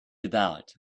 about